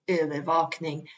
övervakning